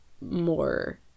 more